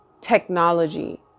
technology